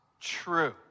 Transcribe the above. True